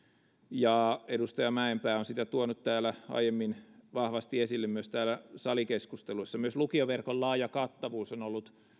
ja edustaja mäenpää on sitä tuonut aiemmin vahvasti esille myös täällä salikeskustelussa myös lukioverkon laaja kattavuus on ollut